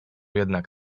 jednak